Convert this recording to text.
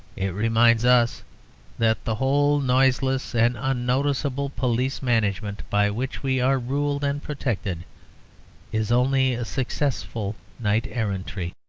it reminds us that the whole noiseless and unnoticeable police management by which we are ruled and protected is only a successful knight-errantry.